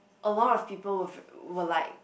a lot of people were ve~ were like